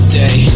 day